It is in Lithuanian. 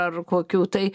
ar kokių tai